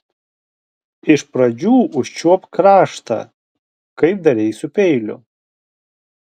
iš pradžių užčiuopk kraštą kaip darei su peiliu